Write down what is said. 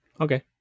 Okay